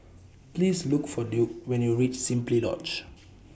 Please Look For Duke when YOU REACH Simply Lodge